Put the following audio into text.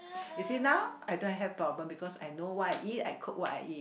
you see now I don't have health problem because I know what I eat I cook what I eat